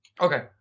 Okay